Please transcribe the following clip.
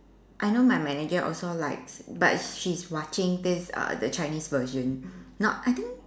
I know my manager also likes but she's watching this uh the Chinese version not I think